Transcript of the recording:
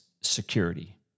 security